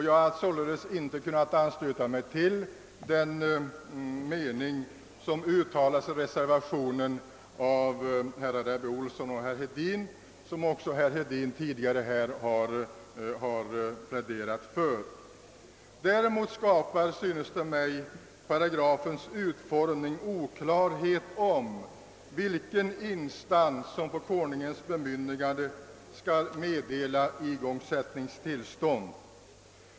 Jag har alltså inte kunnat ansluta mig till den mening som uttalas i reservationen av herrar Ebbe Ohlsson och Hedin och som herr Hedin tidigare talat för. Däremot skapar paragrafens utformning oklarhet om vilken instans som på Konungens bemyndigande skall meddela igångsättningstillstånd.